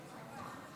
חבריי חברי